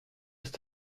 ist